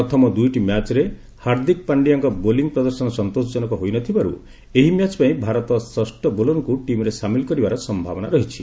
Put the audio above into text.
ପ୍ରଥମ ଦୁଇଟି ମ୍ୟାଚରେ ହାର୍ଦ୍ଦିକ ପାଣ୍ଡିଆଙ୍କ ବୋଲି ପ୍ରଦର୍ଶନ ସନ୍ତୋଷଜନକ ହୋଇ ନ ଥିବାରୁ ଏହି ମ୍ୟାଚ ପାଇଁ ଭାରତ ଷଷ୍ଠ ବୋଲରଙ୍କୁ ଟିମ୍ରେ ସାମିଲ କରିବାର ସମ୍ଭାବନା ରହିଛି